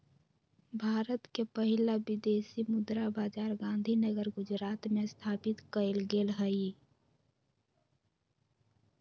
भारत के पहिला विदेशी मुद्रा बाजार गांधीनगर गुजरात में स्थापित कएल गेल हइ